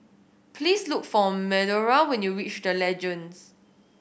please look for Medora when you reach The Legends